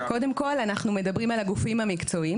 קודם כל אנחנו מדברים על הגופים המקצועיים